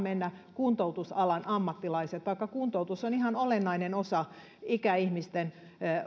mennä kuntoutusalan ammattilaiset vaikka kuntoutus on ihan olennainen osa ikäihmisten